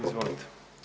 Izvolite.